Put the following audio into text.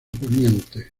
poniente